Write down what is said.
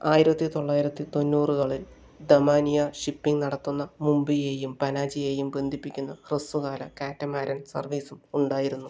ആയിരത്തിതൊള്ളയിരത്തി തൊണ്ണൂറുകളിൽ ദമാനിയ ഷിപ്പിംഗ് നടത്തുന്ന മുംബൈയെയും പനാജിയെയും ബന്ധിപ്പിക്കുന്ന ഹ്രസ്വകാല കാറ്റമരാൻ സർവീസും ഉണ്ടായിരുന്നു